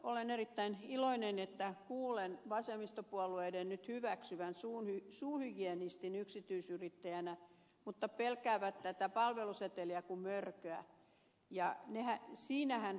olen erittäin iloinen että kuulen vasemmistopuolueiden nyt hyväksyvän suuhygienistin yksityisyrittäjänä mutta he pelkäävät tätä pal veluseteliä kuin mörköä